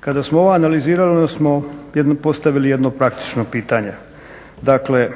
Kada smo ovo analizirali onda smo postavili jedno praktično pitanje, dakle